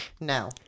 No